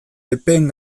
epeen